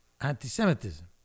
anti-Semitism